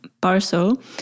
parcel